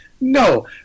no